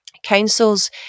Councils